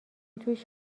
توش